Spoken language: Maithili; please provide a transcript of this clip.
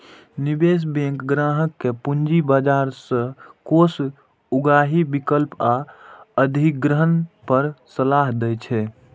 निवेश बैंक ग्राहक कें पूंजी बाजार सं कोष उगाही, विलय आ अधिग्रहण पर सलाह दै छै